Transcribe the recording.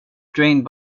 drained